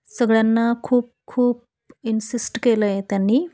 सगळ्यांना खूप खूप इन्सिस्ट केलं आहे त्यांनी